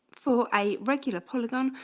for a regular polygon.